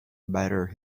better